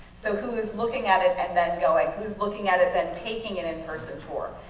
so who is looking at it and then going? who's looking at it then taking an in-person tour.